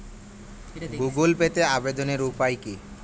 Google পেতে আবেদনের উপায় কি?